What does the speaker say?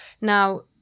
Now